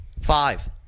Five